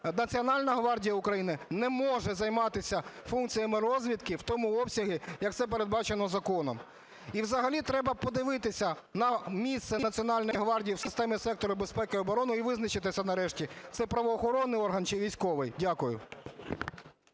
Національна гвардія України не може займатися функціями розвідки в тому обсязі, як це передбачено законом. Взагалі треба подивитися на місце Національної гвардії в системі сектору безпеки і оборони і визначитися нарешті, це правоохоронний орган чи військовий? Дякую.